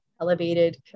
elevated